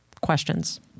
questions